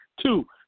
two